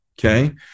Okay